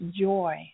joy